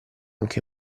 anche